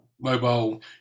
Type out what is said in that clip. mobile